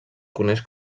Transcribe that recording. coneix